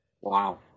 wow